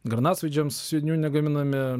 granatsvaidžiams negaminame